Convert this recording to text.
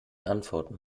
antworten